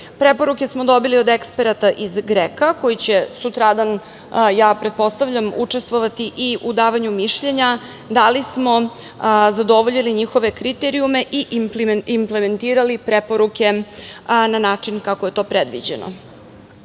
Kodeks. Preporuke smo dobili od eksperata iz GREKO-a koji će sutradan, ja pretpostavljam učestvovati i u davanju mišljenja, da li smo zadovoljili njihove kriterijume i implementirali njihove preporuke na način kako je to predviđeno.